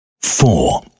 four